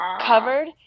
covered